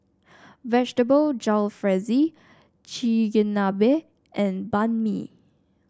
Vegetable Jalfrezi Chigenabe and Banh Mi